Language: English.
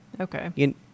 okay